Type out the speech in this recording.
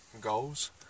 goals